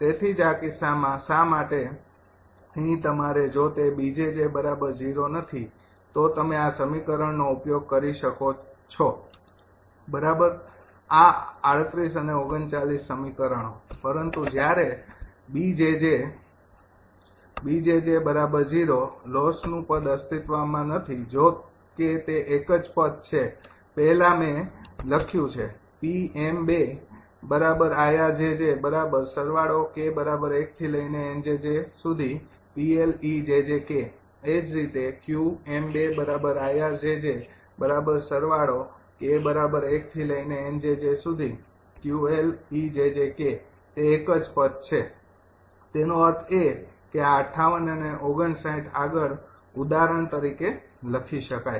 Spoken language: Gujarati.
તેથી જ આ કિસ્સામાં શા માટે અહીં તમારે જો તે 𝐵𝑗𝑗≠0 છે તો તમે આ સમીકરણનો ઉપયોગ કરી શકો છો બરાબર આ ૩૮ અને ૩૯ સમીકરણો પરંતુ જ્યારે 𝐵𝑗𝑗0 લોસ નું પદ અસ્તિત્વમાં નથી જોકે તે એક જ પદ છે પહેલાં મે લખ્યું છે એ જ રીતે તે એક જ પદ છે તેનો અર્થ એ કે આ ૫૮ ૫૯ આગળ ઉદાહરણ તરીકે લખી શકાય